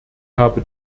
habe